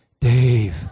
Dave